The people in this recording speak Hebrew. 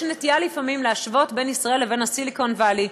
יש נטייה לפעמים להשוות בין ישראל לבין ה-Silicon Valley.